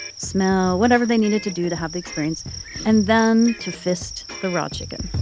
smell whatever they needed to do to have the experience and then to fist the raw chicken